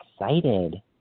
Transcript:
excited